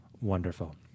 Wonderful